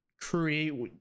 create